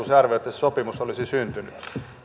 se sopimus olisi syntynyt